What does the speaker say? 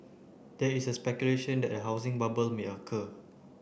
there is the speculation that a housing bubble may occur